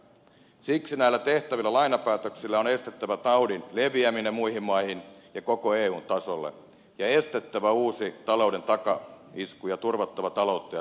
siksi näillä tehtävillä lainapäätöksillä on estettävä taudin leviäminen muihin maihin ja koko eun tasolle ja estettävä uusi talouden takaisku ja turvattava taloutta ja työllisyyttä